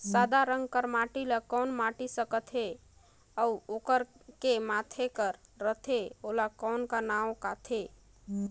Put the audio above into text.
सादा रंग कर माटी ला कौन माटी सकथे अउ ओकर के माधे कर रथे ओला कौन का नाव काथे?